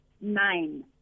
nine